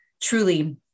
truly